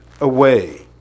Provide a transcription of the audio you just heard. away